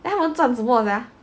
then 他们赚什么 sia